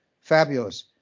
fabulous